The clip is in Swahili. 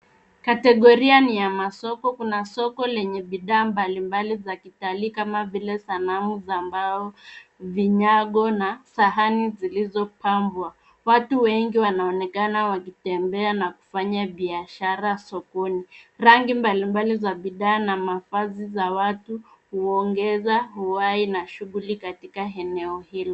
Kategoria ni ya masoko. Kuna soko lenye bidhaa mbalimbali za kitalii kama vile sanamu za mbao, vinyago na sahani zilizopambwa. Watu wengi wanaonekana wakitembea na kufanya biashara sokoni. Rangi mbalimbali za bidhaa na mavazi za watu huongeza uhai na shughuli katika eneo hili.